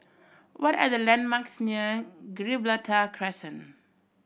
what are the landmarks near Gibraltar Crescent